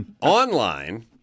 online